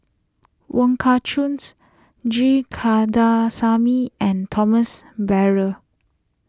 Wong Kah Chun's G Kandasamy and Thomas Braddell